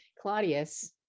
claudius